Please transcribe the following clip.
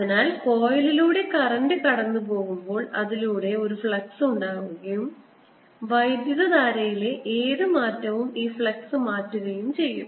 അതിനാൽ കോയിലിലൂടെ കറന്റ് കടന്നുപോകുമ്പോൾ അതിലൂടെ ഒരു ഫ്ലക്സ് ഉണ്ടാകുകയും വൈദ്യുതധാരയിലെ ഏത് മാറ്റവും ഈ ഫ്ലക്സ് മാറ്റുകയും ചെയ്യും